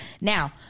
Now